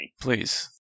Please